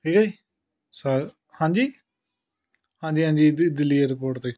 ਠੀਕ ਹੈ ਜੀ ਸਾ ਹਾਂਜੀ ਹਾਂਜੀ ਹਾਂਜੀ ਦਿ ਦਿੱਲੀ ਏਅਰਪੋਰਟ 'ਤੇ